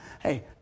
Hey